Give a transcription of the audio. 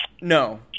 No